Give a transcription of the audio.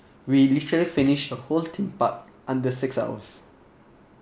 we literally finish the whole theme park under six hours